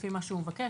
לפי מה שהוא מבקש,